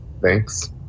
Thanks